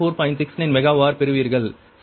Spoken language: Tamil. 69 மெகா வர் பெறுவீர்கள் சரியா